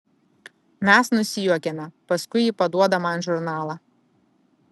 mes nusijuokiame paskui ji paduoda man žurnalą